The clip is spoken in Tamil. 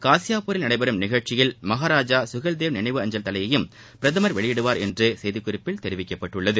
காசியாபூரில் நடைபெறும் நிகழ்ச்சியில் மஹாராஜா சுகல்தேவ் நினைவு அஞ்சல் தலையையும் பிரதமர் வெளியிடுவார் என்று செய்தி குறிப்பில் தெரிவிக்கப்பட்டுள்ளது